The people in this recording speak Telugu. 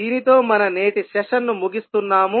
దీనితో మన నేటి సెషన్ను ముగిస్తున్నాము